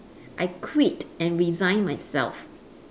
I quit and resign myself